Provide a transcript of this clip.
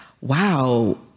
wow